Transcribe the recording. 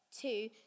Two